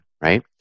right